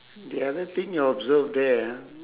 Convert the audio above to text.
the other thing you observe there ah